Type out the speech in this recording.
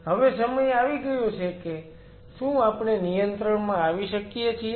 હવે સમય આવી ગયો છે કે શું આપણે નિયંત્રણમાં આવી શકીએ છીએ